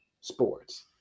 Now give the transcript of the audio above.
sports